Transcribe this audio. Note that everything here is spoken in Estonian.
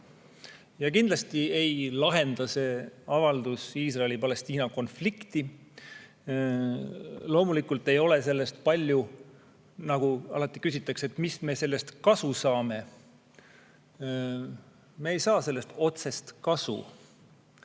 Kindlasti ei lahenda see avaldus Iisraeli-Palestiina konflikti. Loomulikult ei ole sellest palju kasu – alati ju küsitakse, et mis kasu me sellest saame. Me ei saa sellest otsest kasu,